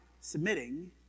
submitting